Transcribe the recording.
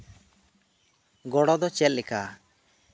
ᱜᱚᱲᱚ ᱫᱚ ᱪᱮᱫ ᱞᱮᱠᱟ